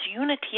unity